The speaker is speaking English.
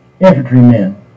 infantrymen